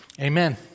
Amen